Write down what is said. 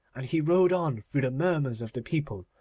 and he rode on through the murmurs of the people,